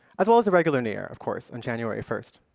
as well as a regular new year, of course, on january first.